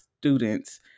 students